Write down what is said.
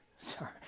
sorry